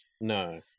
No